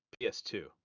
ps2